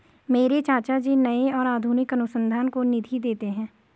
मेरे चाचा जी नए और आधुनिक अनुसंधान को निधि देते हैं